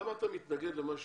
למה אתה מתנגד למה שהצעתי?